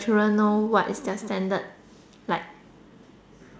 children know what is their standard like